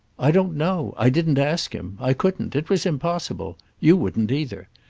i don't know. i didn't ask him. i couldn't. it was impossible. you wouldn't either.